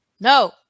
No